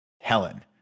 Helen